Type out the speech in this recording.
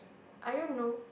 I don't know